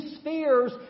spheres